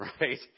Right